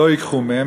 לא ייקחו מהם,